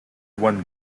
one